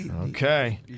Okay